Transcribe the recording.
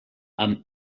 amb